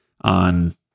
on